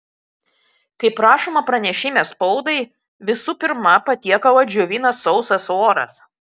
kaip rašoma pranešime spaudai visų pirma patiekalą džiovina sausas oras